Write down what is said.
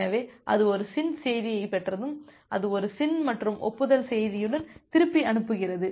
எனவே அது ஒரு SYN செய்தியைப் பெற்றதும் அது ஒரு SYN மற்றும் ஒப்புதல் செய்தியுடன் திருப்பி அனுப்புகிறது